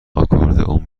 آکاردئون